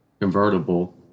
Convertible